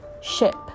ship